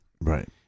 Right